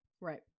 Right